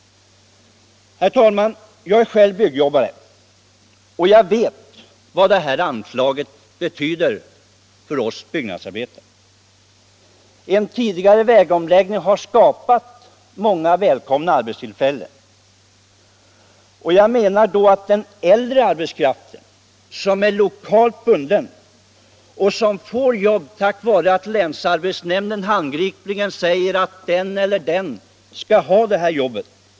Herr talman! Jag är själv byggjobbare, och jag vet vad det här anslaget betyder för oss byggnadsarbetare. En tidigare lagd vägomläggning har skapat många välkomna arbetstillfällen. Den äldre arbetskraften som är lokalt bunden får jobb tack vare att länsarbetsnämnden handgripligen säger till att den eller den skall ha det här jobbet.